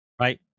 right